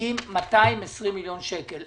עם 220 מיליון שקלים.